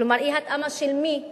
כלומר אי-התאמה של מי למי?